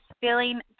feeling